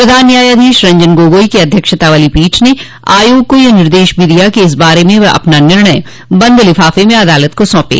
प्रधान न्यायाधीश रंजन गोगोई की अध्यक्षता वाली पीठ ने आयेाग को यह निर्देश भी दिया कि वह इस बारे में अपना निर्णय बंद लिफाफ में अदालत को सौंपे